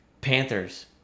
Panthers